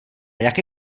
jaké